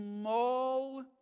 small